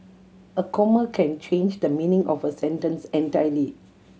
a comma can change the meaning of a sentence entirely